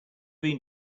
been